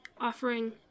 offering